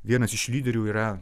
vienas iš lyderių yra